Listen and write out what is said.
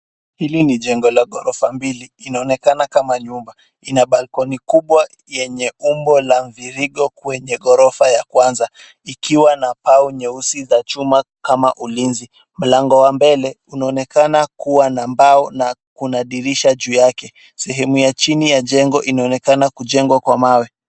Hili ni jengo la ghorofa mbili. Inaonekana kama nyumba. Ina balkoni kubwa yenya umbo la mviringo kwenye ghorofa ya kwanza ikiwa na mbao nyeusi za chuma kama ulinzi. Mlango wa mbele inaonekana kuwa na mbao na kuna dirisha juu yake. Sehemu ya chini ya jengo inaonekana kujengwa kwa mawe.